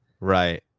Right